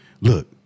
look